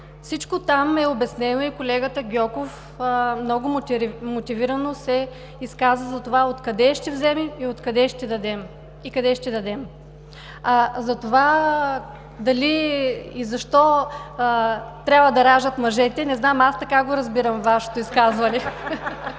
Всичко там е обяснено и колегата Гьоков много мотивирано се изказа за това откъде ще вземем и къде ще дадем. За това дали и защо трябва да раждат мъжете не знам, аз така разбирам Вашето изказване.